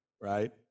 right